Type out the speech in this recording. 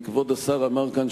כבוד השר אמר כאן,